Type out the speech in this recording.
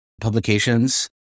publications